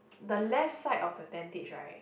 the left side of the tentage right